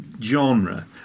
genre